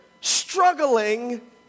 struggling